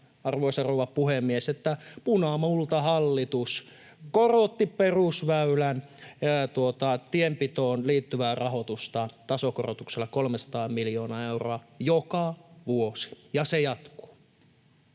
arvoisa rouva puhemies, että punamultahallitus korotti perusväylän tienpitoon liittyvää rahoitusta tasokorotuksella 300 miljoonaa euroa joka vuosi, ja se jatkuu.